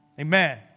amen